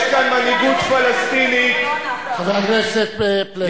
יש כאן מנהיגות פלסטינית, חבר הכנסת פלסנר.